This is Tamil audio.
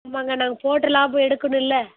ஆமாங்க நாங்கள் போட்ட லாபம் எடுக்கணும்ல